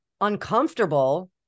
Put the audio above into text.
uncomfortable